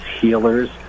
healers